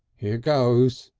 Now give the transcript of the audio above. here goes!